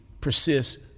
persist